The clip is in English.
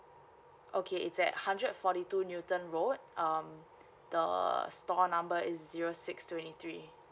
okay it's at hundred forty two newton road um the store number is zero six twenty three